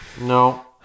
no